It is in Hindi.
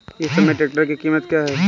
इस समय ट्रैक्टर की कीमत क्या है?